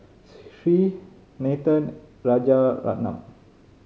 Hri Nathan Rajaratnam